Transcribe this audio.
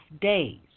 days